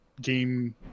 game